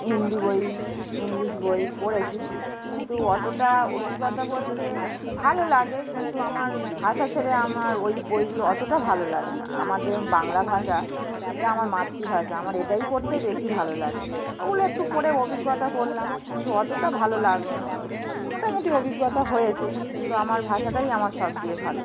হিন্দি বই ইংলিশ বই পড়েছি কিন্তু অতটা অভিজ্ঞতা বলতে ভালো লাগে কিন্তু আমার ভাষা ছেড়ে আমার ওই বইগুলো অতটা ভালো লাগে না আমার যেরকম বাংলা ভাষা এটা আমার মাতৃভাষা আমার এটাই পড়তেই বেশি ভালো লাগে ওগুলো একটু পড়ে অভিজ্ঞতা করলাম কিন্তু অতটা ভালো লাগলো না মোটামুটি অভিজ্ঞতা হয়েছে কিন্তু আমার ভাষাটাই আমার সব দিয়ে ভালো